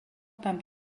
tam